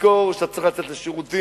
תזכור שאתה צריך לצאת לשירותים,